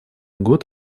год